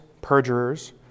perjurers